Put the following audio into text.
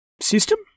system